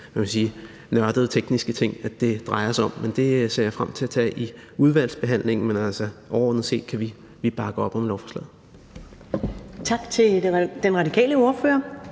nørdede, tekniske ting, det drejer sig om. Men det ser jeg frem til at tage i udvalgsbehandlingen. Overordnet set kan vi bakke op om lovforslaget.